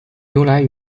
由来